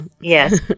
Yes